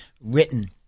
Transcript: written